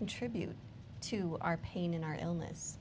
contribute to our pain in our illnesses